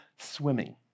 swimming